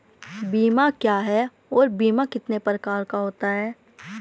बीमा क्या है और बीमा कितने प्रकार का होता है?